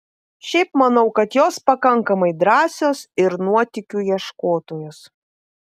šiaip manau kad jos pakankamai drąsios ir nuotykių ieškotojos